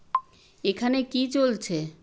এখানে কী চলছে